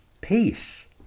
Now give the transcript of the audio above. peace